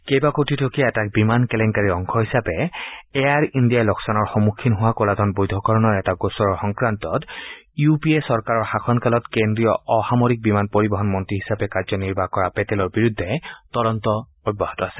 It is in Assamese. কেইবা কোটিটকীয়া এটা বিমান কেলেংকাৰীৰ অংশ হিচাপে এয়াৰ ইণ্ডিয়াই লোকচানৰ সন্মুখীন হোৱা কলা ধন বৈধকৰণৰ এটা গোচৰৰ সংক্ৰান্তত ইউ পি এ চৰকাৰৰ শাসনকালত কেন্দ্ৰীয় অসামৰিক বিমান পৰিবহন মন্ত্ৰী হিচাপে কাৰ্যনিৰ্বাহ কৰা পেটেলৰ বিৰুদ্ধে তদন্ত অব্যাহত আছে